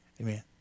Amen